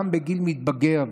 הם בגיל מתבגר.